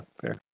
Fair